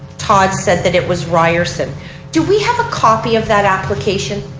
todd said that it was ryerson do, we have a copy of that application?